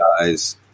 guys